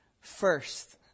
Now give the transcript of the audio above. first